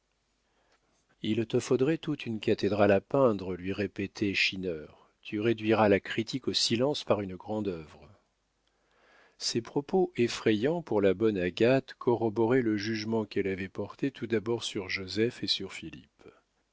il te faudrait toute une cathédrale à peindre lui répétait schinner tu réduiras la critique au silence par une grande œuvre ces propos effrayants pour la bonne agathe corroboraient le jugement qu'elle avait porté tout d'abord sur joseph et